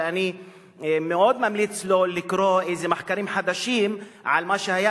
אני מאוד ממליץ לו על מחקרים חדשים על מה שהיה